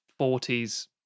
40s